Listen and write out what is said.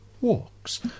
walks